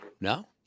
No